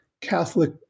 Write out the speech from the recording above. Catholic